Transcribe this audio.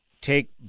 take